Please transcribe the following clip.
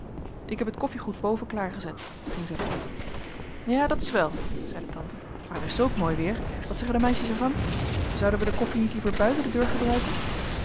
ik heb het koffiegoed boven klaar gezet ging zij voort ja dat is wel zeide tante maar het is zulk mooi weer wat zeggen de meisjes er van zonden wij de koffie niet liever buiten de deur gebruiken